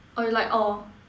orh you like all